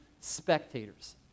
spectators